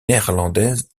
néerlandaises